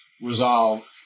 resolved